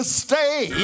stay